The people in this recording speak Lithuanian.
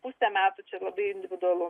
pusę metų čia labai individualu